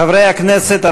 חברי הכנסת,